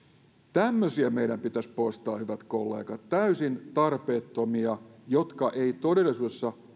tämmöisiä meidän pitäisi poistaa hyvät kollegat täysin tarpeettomia jotka eivät todellisuudessa